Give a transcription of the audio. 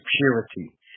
purity